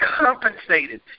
compensated